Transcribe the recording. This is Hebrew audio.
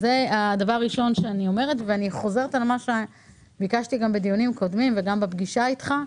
אני חוזרת על מה שביקשתי בדיונים קודמים וגם בפגישה איתך,